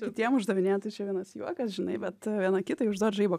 kitiem uždavinėt tai čia vienas juokas žinai bet viena kitai užduot žaibo